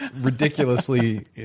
ridiculously